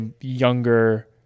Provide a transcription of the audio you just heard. younger